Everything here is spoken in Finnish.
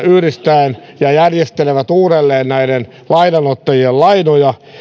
yhdistävät ja järjestelevät uudelleen näiden lainanottajien lainoja